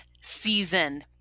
season